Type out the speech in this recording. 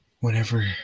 Whenever